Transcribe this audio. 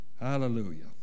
Hallelujah